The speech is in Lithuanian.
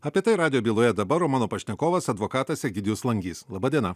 apie tai radijo byloje dabar mano pašnekovas advokatas egidijus langys laba diena